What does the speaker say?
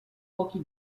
pochi